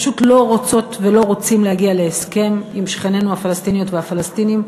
פשוט לא רוצות ולא רוצים להגיע להסכם עם שכנינו הפלסטיניות והפלסטינים,